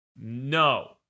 No